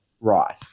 right